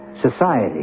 Society